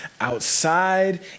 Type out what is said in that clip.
outside